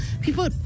people